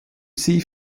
sie